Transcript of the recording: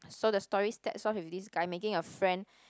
so the story starts off with this guy making a friend